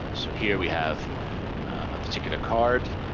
ah so here we have a particular card,